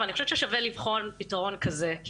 אבל אני חושבת ששווה לבחון פתרון כזה,